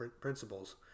principles